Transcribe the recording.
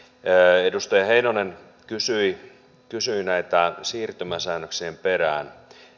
edustaja heinonen kysyi näiden siirtymäsäännöksien perään